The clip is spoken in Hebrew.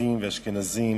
ספרדים ואשכנזים